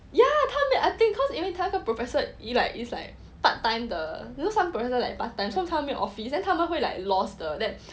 ya 他没有 I think cause 因为他那个 professor is like part time the you know some professor part time 通常没有 office then 他们会 like lost 的 then